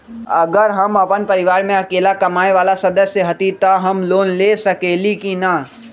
अगर हम अपन परिवार में अकेला कमाये वाला सदस्य हती त हम लोन ले सकेली की न?